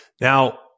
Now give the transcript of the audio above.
Now